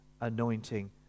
anointing